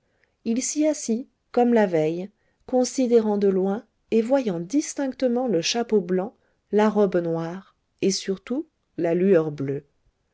il s'y assit comme la veille considérant de loin et voyant distinctement le chapeau blanc la robe noire et surtout la lueur bleue